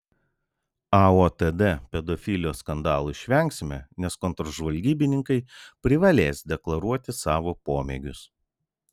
aotd pedofilijos skandalų išvengsime nes kontržvalgybininkai privalės deklaruoti savo pomėgius